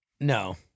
No